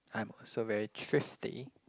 I'm also very thrifty